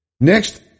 Next